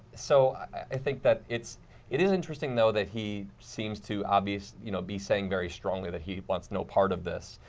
so, i think that it is interesting though that he seems to obviously you know be saying very strongly that he wants no part of this.